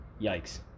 Yikes